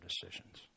decisions